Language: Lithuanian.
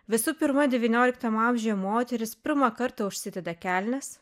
visų pirma devynioliktam amžiuje moterys pirmą kartą užsideda kelnes